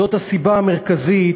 זאת הסיבה המרכזית